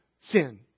sin